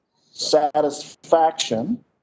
satisfaction